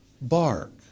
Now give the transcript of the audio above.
bark